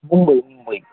Mumbai Mumbai